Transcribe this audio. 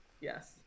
Yes